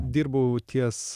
dirbau ties